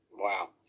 wow